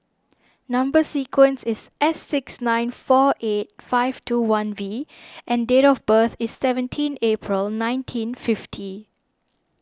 Number Sequence is S six nine four eight five two one V and date of birth is seventeen April nineteen fifty